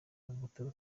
ahaguruka